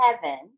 heaven